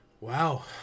wow